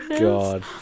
God